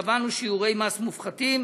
קבענו שיעורי מס מופחתים.